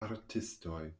artistoj